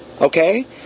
Okay